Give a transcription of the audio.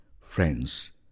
Friends